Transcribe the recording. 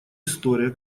история